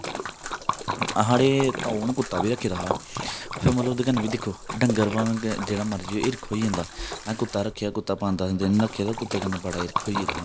साढ़े ताऊ ने कुत्ता बी रक्खे दा हा फिर मतलब ओहदे कन्नै बी दिक्खो डंगर भामें जेह्ड़ा मर्जी हौवे हिरख होई जंदा कुत्ता रखेआ कुत्ता पंज दस दिन रखेआ ते कुत्ते कन्नै बड़ा हिरख होई गेदा हा